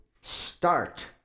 start